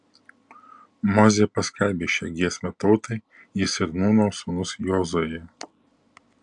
mozė paskelbė šią giesmę tautai jis ir nūno sūnus jozuė